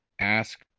ask